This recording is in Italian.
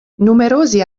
numerosi